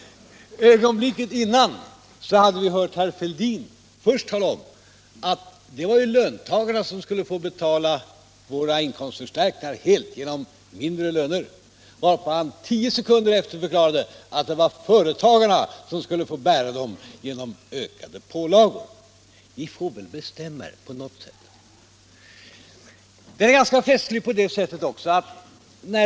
Och något innan hade vi då hört herr Fälldin först tala om att det var löntagarna som helt skulle få betala våra inkomstförstärkningar genom lägre löner, varpå han tio sekunder därefter förklarade att det var företagarna som skulle få bära dem genom ökade pålagor. Ni får väl på något sätt bestämma er. Det är ganska festligt på ett annat sätt också.